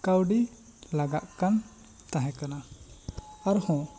ᱠᱟᱹᱣᱰᱤ ᱞᱟᱜᱟᱜ ᱠᱟᱱ ᱛᱟᱦᱮᱸ ᱠᱟᱱᱟ ᱟᱨ ᱦᱚᱸ